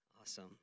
Awesome